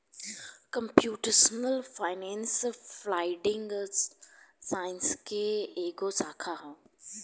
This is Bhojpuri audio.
कम्प्यूटेशनल फाइनेंस एप्लाइड साइंस के एगो शाखा ह